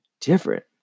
different